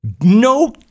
No